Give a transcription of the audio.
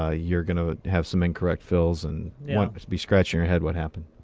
ah you're gonna have some incorrect fills and be scratching your head what happened.